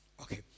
Okay